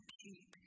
keep